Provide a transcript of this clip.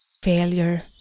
Failure